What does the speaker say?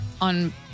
on